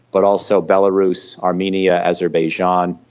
but also belarus, armenia, azerbaijan,